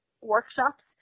workshops